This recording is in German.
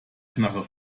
knarre